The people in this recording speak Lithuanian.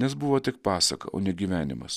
nes buvo tik pasaka o ne gyvenimas